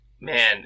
man